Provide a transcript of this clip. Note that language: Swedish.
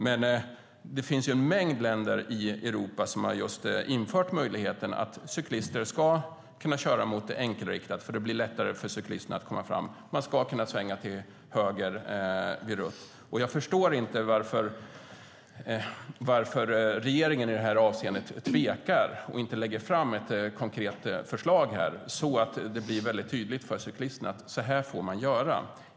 Men det finns en mängd länder i Europa som just har infört möjligheten att cyklister ska kunna köra mot enkelriktat, eftersom det blir lättare för cyklisterna att komma fram, och att man ska kunna svänga till höger vid rött. Jag förstår inte varför regeringen tvekar i det här avseendet och inte lägger fram ett konkret förslag, så att det blir tydligt för cyklisterna att man får göra på det här sättet.